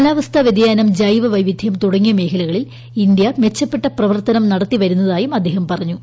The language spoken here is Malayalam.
കാലാവസ്ഥാ വ്യതിയാനം ജൈവവൈവിധ്യം തുടങ്ങിയ മേഖലകളിൽ ഇന്ത്യ മെച്ചപ്പെട്ട പ്രവർത്തനും നടത്തി വരുന്നതായും അദ്ദേഹം പറഞ്ഞു